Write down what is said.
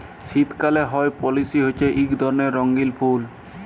শীতকালে হ্যয় পেলসি হছে ইক ধরলের রঙ্গিল ফুল